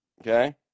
Okay